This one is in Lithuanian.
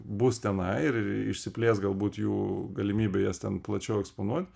bus tenai ir išsiplės galbūt jų galimybė jas ten plačiau eksponuot